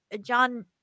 John